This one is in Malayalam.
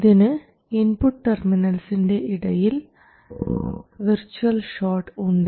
ഇതിന് ഇൻപുട്ട് ടെർമിനൽസിൻറെ ഇടയിൽ വിർച്ച്വൽ ഷോട്ട് ഉണ്ട്